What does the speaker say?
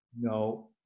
No